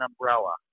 umbrella